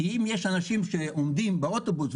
כי אם יש אנשים שעומדים באוטובוס,